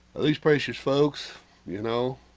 at least precious folks you know.